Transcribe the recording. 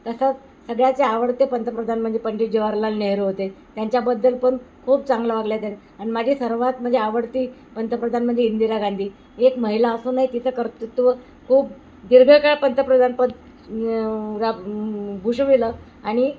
तसंच सगळ्याचे आवडते पंतप्रधान म्हणजे पंडित जवाहरलाल नेहरू होते त्यांच्याबद्दल पण खूप चांगलं वागला त्या आणि माझी सर्वात म्हणजे आवडती पंतप्रधान म्हणजे इंदिरा गांधी एक महिला असूनही तिथं कर्तृत्त्व खूप दीर्घकाळ पंतप्रधान प रा भुषविलं आणि